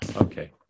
Okay